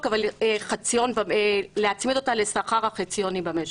אבל הציעה להצמיד אותה לשכר החציוני במשק.